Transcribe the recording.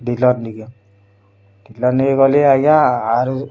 dealer ନିଗ dealer ନିଗ ଗଲି ଆଜ୍ଞା ଆରୁ